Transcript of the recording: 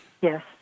Yes